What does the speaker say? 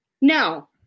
No